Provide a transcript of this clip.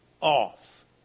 off